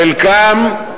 חלקם,